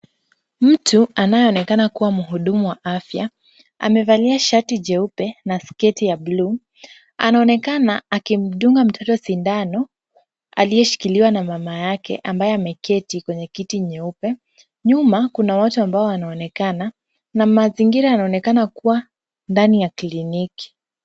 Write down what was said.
Mtu anayeonekana kuwa mhudumu wa afya, amevalia shati jeupe na sketi ya bluu, anaonekana akimdunga mtoto sindano aliyeshikiliwa na mama yake ambaye ameketi kwenye kiti nyeupe, nyuma kuna watu ambao wanaonekana na mazingira yanaonekana kuwa ndani ya kliniki.